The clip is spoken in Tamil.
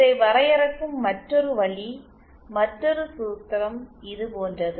இதை வரையறுக்கும் மற்றொரு வழி மற்றொரு சூத்திரம் இது போன்றது